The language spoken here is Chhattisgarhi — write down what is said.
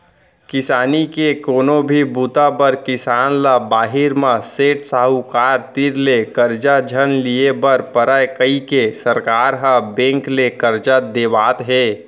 किसानी के कोनो भी बूता बर किसान ल बाहिर म सेठ, साहूकार तीर ले करजा झन लिये बर परय कइके सरकार ह बेंक ले करजा देवात हे